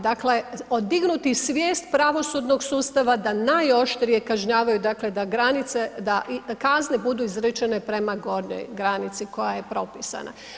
Dakle, odignuti svijest pravosudnog sustava da najoštrije kažnjavaju, dakle da granice, da kazne budu izrečene prema gornjoj granici koja je propisana.